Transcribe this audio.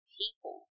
people